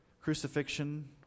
Crucifixion